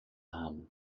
haben